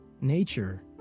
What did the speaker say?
Nature